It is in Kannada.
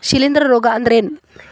ಶಿಲೇಂಧ್ರ ರೋಗಾ ಅಂದ್ರ ಏನ್?